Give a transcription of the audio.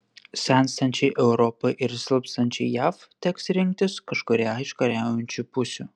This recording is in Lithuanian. senstančiai europai ir silpstančiai jav teks rinktis kažkurią iš kariaujančių pusių